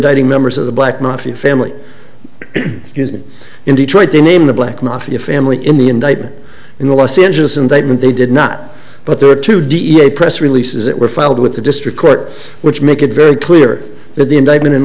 indicting members of the black mafia family used in detroit to name the black mafia family in the indictment in the los angeles indictment they did not but there are two da press releases that were filed with the district court which make it very clear that the indictment in